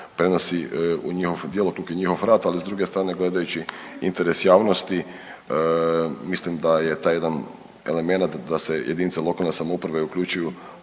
prenosi u njihov djelokrug i njihov rad, ali s druge strane gledajući interes javnosti mislim da je taj jedan elemenat da se jedinice lokalne samouprave uključuju